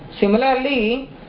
Similarly